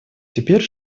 теперь